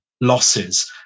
losses